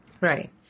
Right